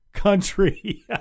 Country